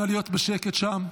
נא להיות בשקט שם.